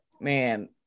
Man